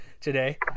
today